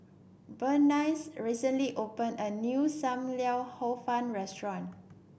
Burnice recently opened a new Sam Lau Hor Fun restaurant